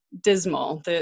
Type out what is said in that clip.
dismal